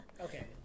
okay